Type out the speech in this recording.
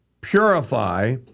purify